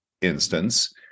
instance